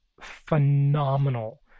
phenomenal